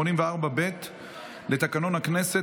יכהן חבר הכנסת ששון ששי גואטה כממלא מקום קבוע,